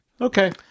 Okay